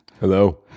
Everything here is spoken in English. Hello